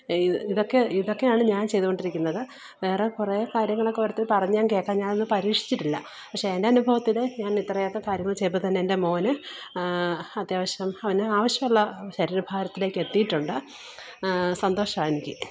ഇതൊക്കെ ഇതൊക്കെയാണ് ഞാൻ ചെയ്തോണ്ടിരിക്കുന്നത് വേറെ കുറേ കാര്യങ്ങളൊക്കെ ഓരോത്തർ പറഞ്ഞ് ഞാൻ കേൾക്കാൻ ഞാൻ അത് പരീക്ഷിച്ചിട്ടില്ല പക്ഷെ എൻ്റെ അനുഭവത്തിൽ ഞാൻ ഇത്രയൊക്കെ കാര്യങ്ങൾ ചെയ്തപ്പോൾ തന്നെ എന്റെ മോൻ അത്യാവശ്യം അവന് ആവശ്യമുള്ള ശരീരഭാരത്തിലേക്ക് എത്തിയിട്ടുണ്ട് സന്തോഷവ എനിക്ക്